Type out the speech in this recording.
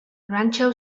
rancho